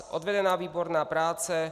Odvedena výborná práce.